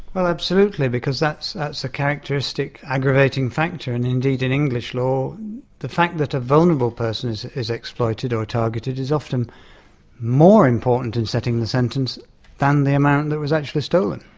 well, absolutely, because that's that's a characteristic aggravating factor, and indeed in english law the fact that a vulnerable person is is exploited or targeted is often more important in setting the sentence than the amount that was actually stolen.